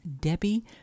Debbie